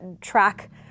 track